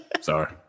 Sorry